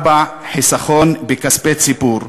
4. חיסכון בכספי ציבור.